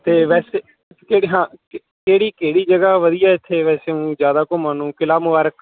ਅਤੇ ਵੈਸੇ ਕਿਹੜੇ ਹਾਂ ਕਿ ਕਿਹੜੀ ਕਿਹੜੀ ਜਗ੍ਹਾ ਵਧੀਆ ਇੱਥੇ ਵੈਸੇ ਊਂ ਜ਼ਿਆਦਾ ਘੁੰਮਣ ਨੂੰ ਕਿਲ੍ਹਾ ਮੁਬਾਰਕ